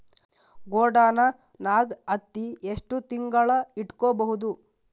ಗೊಡಾನ ನಾಗ್ ಹತ್ತಿ ಎಷ್ಟು ತಿಂಗಳ ಇಟ್ಕೊ ಬಹುದು?